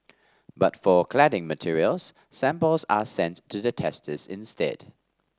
but for cladding materials samples are sent to the testers instead